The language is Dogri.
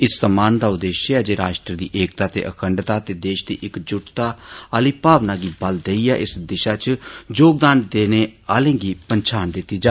इस सम्मान दा उद्देश्य ऐ जे राष्ट्र दी एकता ते अखण्डता ते देश दी इकजुटता आहली भावना गी बल देइये इस दिशा च योगदान देने आले गी पंछान दिती जा